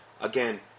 again